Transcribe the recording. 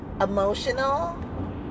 emotional